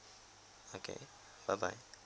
okay bye bye